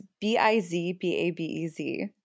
b-i-z-b-a-b-e-z